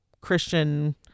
Christian